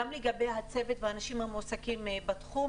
גם לגבי הצוות והאנשים המועסקים בתחום,